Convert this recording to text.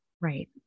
Right